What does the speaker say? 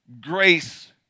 grace